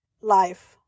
life